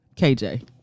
KJ